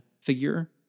figure